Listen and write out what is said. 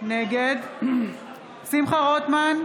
נגד שמחה רוטמן,